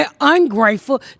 ungrateful